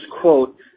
quote